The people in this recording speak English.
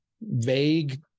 vague